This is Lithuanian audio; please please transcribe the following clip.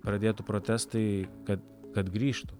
pradėtų protestai kad kad grįžtų